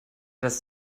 dass